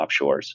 offshores